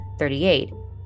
38